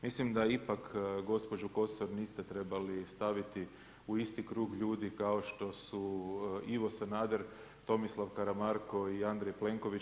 Mislim da ipak gospođu Kosor niste trebali staviti u isti krug ljudi kao što su Ivo Sanader, Tomislav Karamarko i Andrej Plenković.